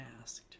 asked